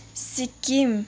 Sikkim